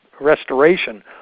restoration